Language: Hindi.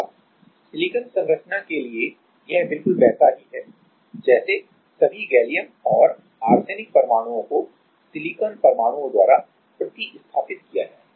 अब सिलिकॉन संरचना के लिए यह बिल्कुल वैसा ही है जैसे सभी गैलियम और आर्सेनिक परमाणुओं को सिलिकॉन परमाणुओं द्वारा प्रतिस्थापित किया जाए